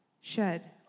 shed